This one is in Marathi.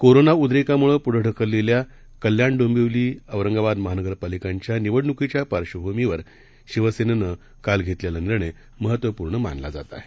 कोरोनाउद्रेकामुळेपुढेढकललेल्याकल्याण डोंबिवली औरंगाबादमहानगरपालिकांच्यानिवडणुकीच्यापार्श्वभूमीवरशिवसेनेनंघेतलेलानिर्णयमहत्त्वपूर्णमानलाजातआहे